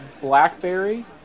blackberry